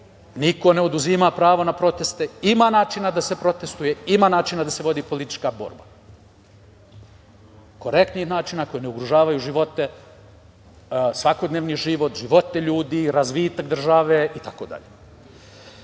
niko ne oduzima pravo na proteste, ima načina da se protestvuje, ima načina da se vodi politička borba. Korektnih načina koji ne ugrožavaju živote, svakodnevni živote, živote ljudi, razvitak države